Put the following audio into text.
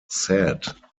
said